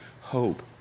hope